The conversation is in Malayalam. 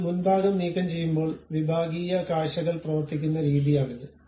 നിങ്ങൾ മുൻഭാഗം നീക്കംചെയ്യുമ്പോൾ വിഭാഗീയ കാഴ്ചകൾ പ്രവർത്തിക്കുന്ന രീതിയാണിത്